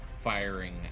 firing